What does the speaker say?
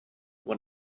when